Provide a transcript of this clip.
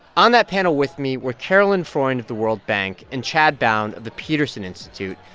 on that panel with me were caroline freund of the world bank and chad bown of the peterson institute.